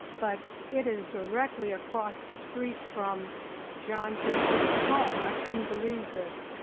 but it is directly across the street from john jenkins's home. i couldn't believe this.